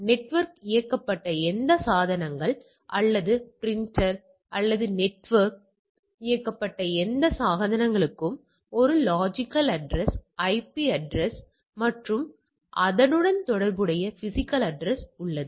network இயக்கப்பட்ட எந்த சாதனங்கள் அல்லது பிரிண்டர் அல்லது நெட்வொர்க் இயக்கப்பட்ட எந்த சாதனங்களுக்கும் ஒரு லொஜிக்கல் அட்ரஸ் அல்லது ஐபி அட்ரஸ் மற்றும் அதனுடன் தொடர்புடைய பிஸிக்கல் அட்ரஸ் உள்ளது